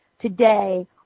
today